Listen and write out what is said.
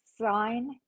sign